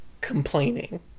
complaining